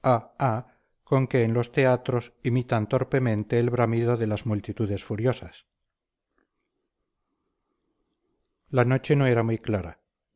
con que en los teatros imitan torpemente el bramido de las multitudes furiosas la noche no era muy clara